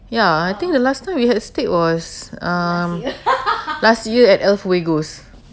ya I think the last time we had steak was um last year at Elfuego